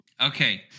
Okay